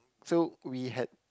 so we had